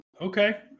okay